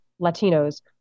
Latinos